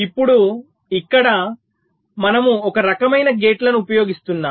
ఇప్పుడు ఇక్కడ మనము ఒకరకమైన గేట్లను ఉపయోగిస్తున్నాము